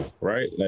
right